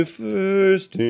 first